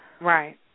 Right